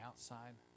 outside